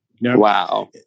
Wow